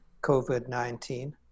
COVID-19